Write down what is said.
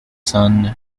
son